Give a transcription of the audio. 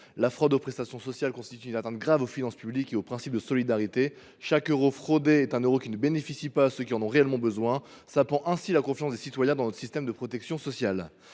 La fraude aux prestations sociales constitue une atteinte grave aux finances publiques et au principe de solidarité. Chaque euro fraudé est un euro qui ne bénéficie pas à ceux qui en ont réellement besoin et cela sape la confiance des citoyens dans notre système de protection sociale.